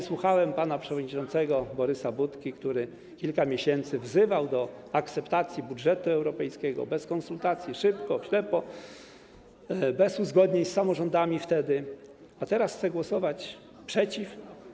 Słuchałem pana przewodniczącego Borysa Budki, który kilka miesięcy temu wzywał do akceptacji budżetu europejskiego, bez konsultacji, na szybko, ślepo, bez uzgodnień z samorządami, a teraz chce głosować przeciw.